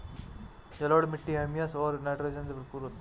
जलोढ़ मिट्टी हृयूमस और नाइट्रोजन से भरपूर होती है